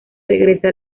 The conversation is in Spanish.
regresa